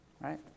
Right